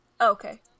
Okay